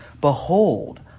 behold